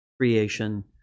creation